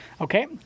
Okay